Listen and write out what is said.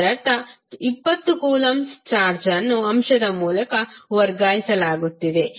ಇದರರ್ಥ 20 coulombs charge ಅನ್ನು ಅಂಶದ ಮೂಲಕ ವರ್ಗಾಯಿಸಲಾಗುತ್ತಿದೆ